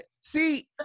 See